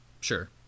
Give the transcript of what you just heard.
sure